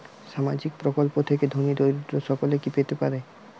সামাজিক প্রকল্প থেকে ধনী দরিদ্র সকলে কি পেতে পারে?